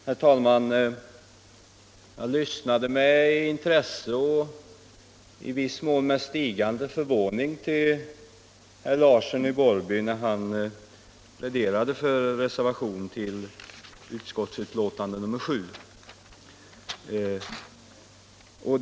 Herr talman! Jag lyssnade med intresse och i viss mån stigande förvåning till herr Larsson i Borrby, när han pläderade för den till jordbruksutskottets betänkande nr 7 fogade reservationen.